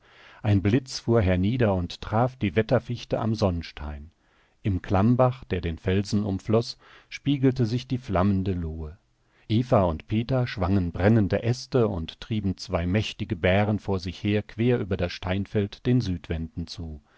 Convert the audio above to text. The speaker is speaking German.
ein blitz fuhr hernieder und traf die wetterfichte am sonnstein im klammbach der den felsen umfloß spiegelte sich die flammende lohe eva und peter schwangen brennende äste und trieben zwei mächtige bären vor sich her quer über das steinfeld den südwänden zu